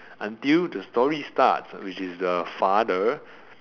until the story start which is the father